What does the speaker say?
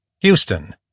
Houston